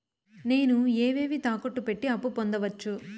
నేను ఏవేవి తాకట్టు పెట్టి అప్పు పొందవచ్చు?